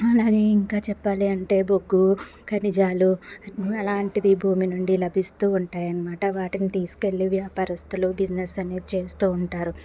అలాగే ఇంకా చెప్పాలి అంటే బొగ్గు ఖనిజాలు అలాంటివి భూమి నుండి లభిస్తు ఉంటాయన్నమాట వాటిని తీసుకు వెళ్ళి వ్యాపారస్తులు బిజినెస్ అనేది చేస్తు ఉంటారు